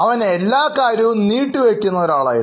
അവൻ എല്ലാ കാര്യവും നീട്ടി വയ്ക്കുന്ന ഒരാളായിരുന്നു